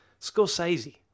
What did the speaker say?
Scorsese